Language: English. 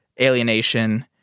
alienation